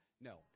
No